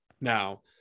Now